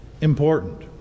important